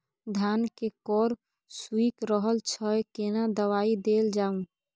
धान के कॉर सुइख रहल छैय केना दवाई देल जाऊ?